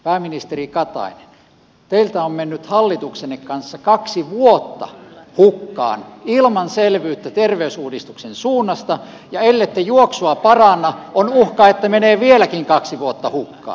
pääministeri katainen teiltä on mennyt hallituksenne kanssa kaksi vuotta hukkaan ilman selvyyttä terveysuudistuksen suunnasta ja ellette juoksua paranna on uhka että menee vieläkin kaksi vuotta hukkaan